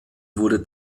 wurde